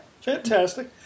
fantastic